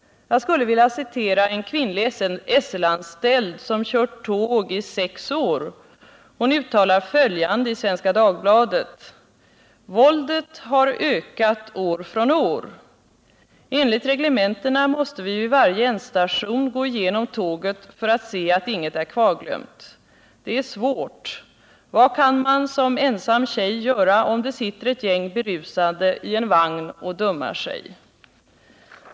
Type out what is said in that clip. Jag skulle vilja citera en kvinnlig SL-anställd som kört tåg i sex år: Hon uttalar följande i Svenska Dagbladet: ”Våldet har ökat år för år. Enligt reglementena måste vi vid varje ändstation gå igenom tåget för att se att inget är kvarglömt. Det är svårt. Vad kan man som ensam tjej göra om det sitter ett gäng berusade i en vagn och dummar sig?